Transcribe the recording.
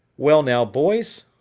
well now, boys,